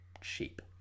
cheap